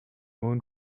own